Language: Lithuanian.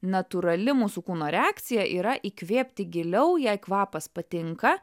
natūrali mūsų kūno reakcija yra įkvėpti giliau jei kvapas patinka